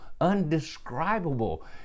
undescribable